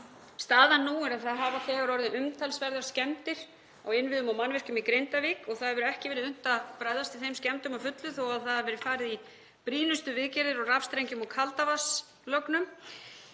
Staðan nú er að það hafa þegar orðið umtalsverðar skemmdir á innviðum og mannvirkjum í Grindavík og það hefur ekki verið unnt að bregðast við þeim skemmdum að fullu þó að það hafi verið farið í brýnustu viðgerðir á rafstrengjum og kaldavatnslögnum.